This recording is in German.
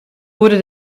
wurde